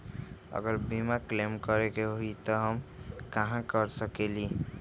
अगर बीमा क्लेम करे के होई त हम कहा कर सकेली?